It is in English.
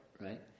right